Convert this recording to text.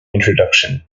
introduction